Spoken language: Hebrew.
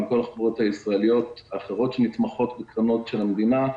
מכל החברות הישראליות שנתמכות בקרנות של המדינה,